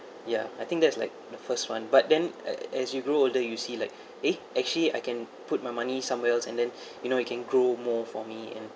ya I think that's like the first one but then uh as you grow older you see like eh actually I can put my money somewhere else and then you know it can grow more for me and